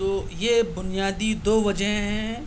تو یہ بنیادی دو وجہیں ہیں